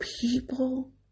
people